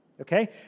okay